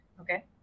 okay